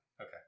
okay